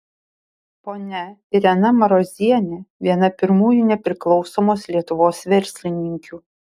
ponia irena marozienė viena pirmųjų nepriklausomos lietuvos verslininkių